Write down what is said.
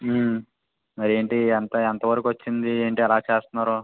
మరేంటి ఎంత ఎంతవరకు వచ్చింది ఏంటి ఎలా చేస్తున్నారు